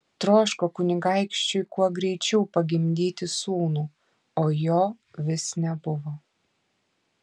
troško kunigaikščiui kuo greičiau pagimdyti sūnų o jo vis nebuvo